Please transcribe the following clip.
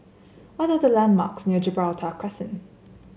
what are the landmarks near Gibraltar Crescent